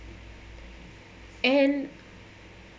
and